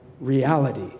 reality